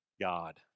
God